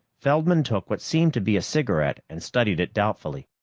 feldman took what seemed to be a cigarette and studied it doubtfully.